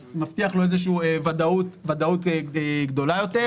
זה מבטיח לו איזה שהיא ודאות גדולה יותר.